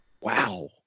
Wow